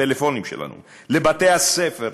לבתי-הספר,